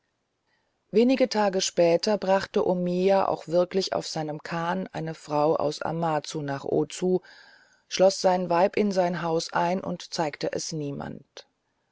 wenige tage später brachte omiya auch wirklich auf seinem kahn eine frau aus amazu nach ozu schloß sein weib in sein haus ein und zeigte es niemand